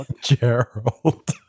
Gerald